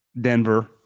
Denver